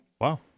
Wow